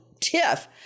Tiff